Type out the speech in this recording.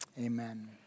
Amen